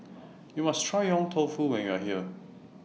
YOU must Try Yong Tau Foo when YOU Are here